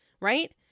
right